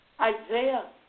Isaiah